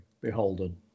Beholden